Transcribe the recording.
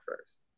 first